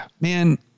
man